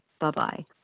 Bye-bye